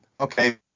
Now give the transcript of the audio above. okay